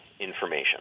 information